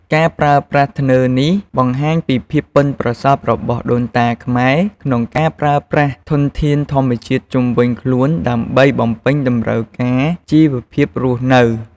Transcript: ការប្រើប្រាស់ធ្នើរនេះ បង្ហាញពីភាពប៉ិនប្រសប់របស់ដូនតាខ្មែរក្នុងការប្រើប្រាស់ធនធានធម្មជាតិជុំវិញខ្លួនដើម្បីបំពេញតម្រូវការជីវភាពរស់នៅ។